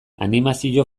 animazio